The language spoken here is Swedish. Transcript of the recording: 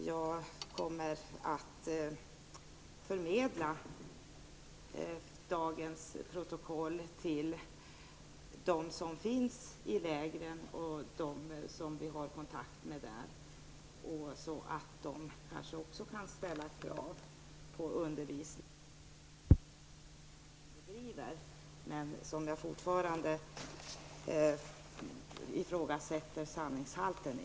Jag kommer att förmedla dagens protokoll till dem som vi har kontakt med i lägren, så att de kanske kan ställa krav på att få den undervisning som turkarna säger bedrivs där, ett påstående som jag fortfarande ifrågasätter sanningshalten i.